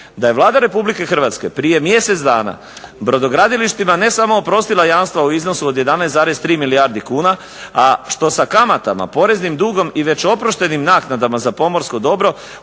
da je Vlada Republike Hrvatske prije mjesec dana brodogradilištima ne samo oprostila jamstva u iznosu od 11,3 milijardi kuna, a što sa kamatama, poreznim dugom i već oproštenim naknadama za pomorsko dobro